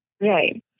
Right